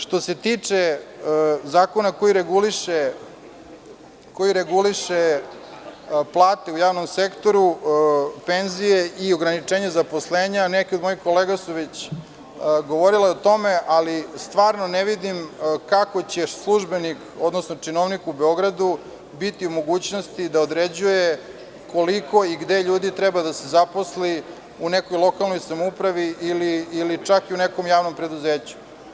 Što se tiče zakona koji reguliše plate u javnom sektoru, penzije i ograničenje zaposlenja, neke od mojih kolega su već govorile o tome, ali stvarno ne vidim kako će službenik, odnosno činovnik u Beogradu biti u mogućnosti da određuje koliko i gde ljudi treba da se zaposli, u nekoj lokalnoj samoupravi ili čak u nekom javnom preduzeću.